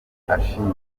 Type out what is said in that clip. ashingiye